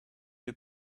who